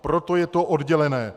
Proto je to oddělené.